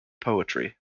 poetry